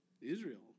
Israel